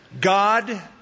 God